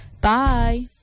bye